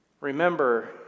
Remember